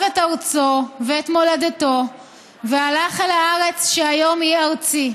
את ארצו ואת מולדתו והלך אל הארץ שהיום היא ארצי.